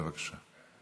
בבקשה.